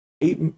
eight